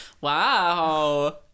Wow